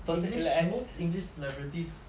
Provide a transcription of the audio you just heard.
english most english celebrities